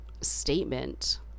statement